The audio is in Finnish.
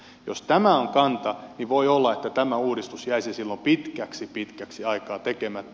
jos tämä on kanta niin voi olla että tämä uudistus jäisi silloin pitkäksi pitkäksi aikaa tekemättä